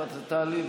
תעלי,